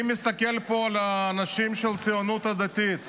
אני מסתכל פה על האנשים של הציונות הדתית.